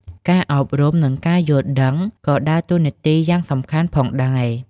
ការអប់រំ និងការយល់ដឹង ក៏ដើរតួនាទីយ៉ាងសំខាន់ផងដែរ។